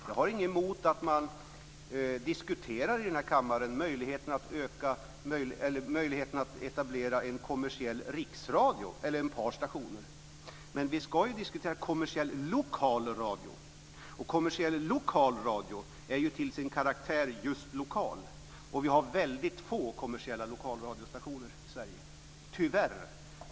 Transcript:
Jag har inget emot att man här i kammaren diskuterar möjligheten att etablera en kommersiell riksradio, eller ett par stationer. Men vi ska ju diskutera kommersiell lokal radio. Och en sådan är ju till sin karaktär just lokal. Vi har väldigt få kommersiella lokalradiostationer - tyvärr.